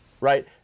right